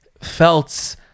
felt